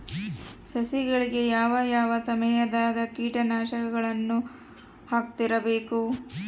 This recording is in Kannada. ಸಸಿಗಳಿಗೆ ಯಾವ ಯಾವ ಸಮಯದಾಗ ಕೇಟನಾಶಕಗಳನ್ನು ಹಾಕ್ತಿರಬೇಕು?